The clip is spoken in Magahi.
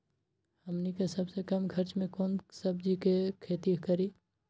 हमनी के सबसे कम खर्च में कौन से सब्जी के खेती करी?